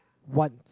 one